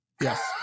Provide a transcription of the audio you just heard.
Yes